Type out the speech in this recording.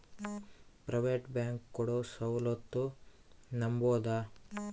Private bank ಕೊಡೊ ಸೌಲತ್ತು ನಂಬಬೋದ?